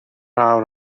awr